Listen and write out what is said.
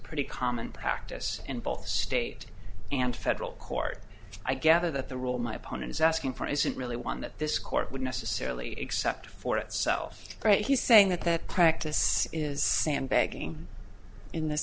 pretty common practice in both state and federal court i gather that the rule my opponent is asking for isn't really one that this court would necessarily except for itself right he's saying that that practice is sandbagging in this